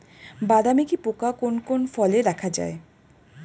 বাদামি কি পোকা কোন কোন ফলে দেখা যায়?